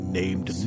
named